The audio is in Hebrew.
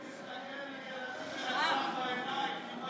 איך תסתכל לילדים, בעיניים?